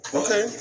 okay